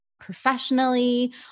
professionally